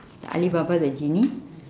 the alibaba the genie